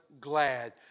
glad